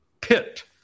pit